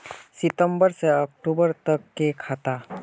सितम्बर से अक्टूबर तक के खाता?